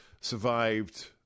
survived